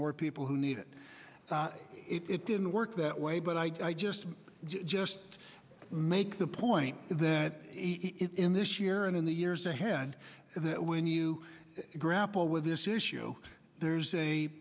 more people who need it it didn't work that way but i just just make the point that it in this year and in the years ahead that when you grapple with this issue there's a